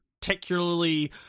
particularly